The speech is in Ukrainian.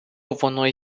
воно